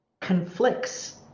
conflicts